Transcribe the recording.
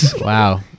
Wow